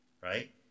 right